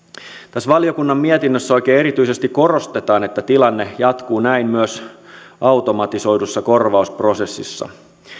tässä valiokunnan mietinnössä oikein erityisesti korostetaan että tilanne jatkuu näin myös automatisoidussa korvausprosessissa